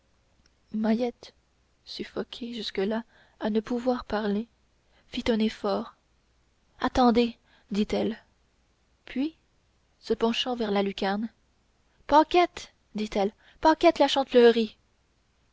mahiette suffoquée jusque-là à ne pouvoir parler fit un effort attendez dit-elle puis se penchant vers la lucarne paquette dit-elle paquette la chantefleurie